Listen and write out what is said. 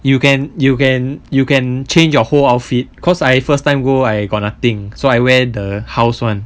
you can you can you can change your whole outfit cause I first time go I got nothing so I wear the house [one]